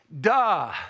Duh